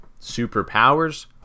Superpowers